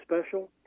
special